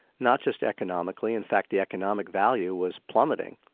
not just economically, in fact the economic value was plummeting,